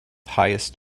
highest